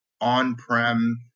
on-prem